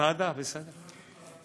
ועדה, בסדר.